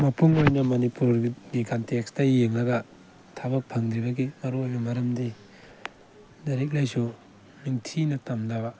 ꯃꯄꯨꯝ ꯑꯣꯏꯅ ꯃꯅꯤꯄꯨꯔꯒꯤ ꯀꯣꯟꯇꯦꯛꯁꯇ ꯌꯦꯡꯉꯒ ꯊꯕꯛ ꯐꯪꯗ꯭ꯔꯤꯕꯒꯤ ꯃꯔꯨꯑꯣꯏꯕ ꯃꯔꯝꯗꯤ ꯂꯥꯏꯔꯤꯛ ꯂꯥꯏꯁꯨ ꯅꯤꯡꯊꯤꯅ ꯇꯝꯗꯕ